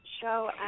show